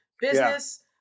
Business